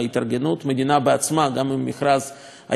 גם אם במכרז היה נבחר זוכה,